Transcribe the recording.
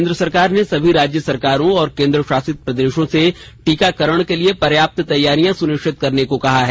केंद्र सरकार ने सभी राज्य सरकारों और केंद्र शासित प्रदेशों से टीकाकरण के लिए पर्याप्त तैयारियां सुनिश्चित करने को कहा है